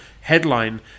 headline